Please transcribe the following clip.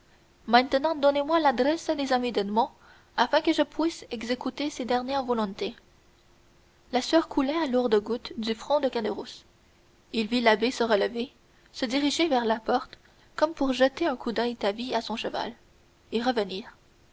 maintenant donnez-moi l'adresse des amis d'edmond afin que je puisse exécuter ses dernières volontés la sueur coulait à lourdes gouttes du front de caderousse il vit l'abbé se lever se diriger vers la porte comme pour jeter un coup d'oeil d'avis à son cheval et revenir